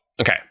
Okay